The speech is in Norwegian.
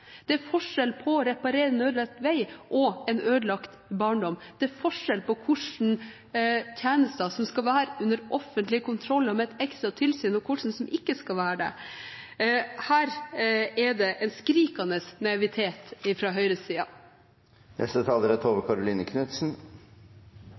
Det er forskjell på å reparere en ødelagt vei og å reparere en ødelagt barndom. Det er forskjell på hva slags tjenester som skal være under offentlig kontroll og med et ekstra tilsyn, og hva som ikke skal være det. Her er det en skrikende naivitet